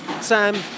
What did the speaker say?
Sam